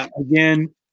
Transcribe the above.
Again